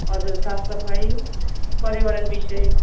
हजुर साफ सफाइ पर्यावरण विषय